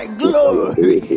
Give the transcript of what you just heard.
glory